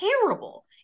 terrible